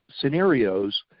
scenarios